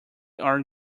are